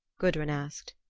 gudrun asked.